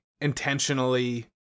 intentionally